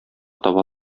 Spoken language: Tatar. таба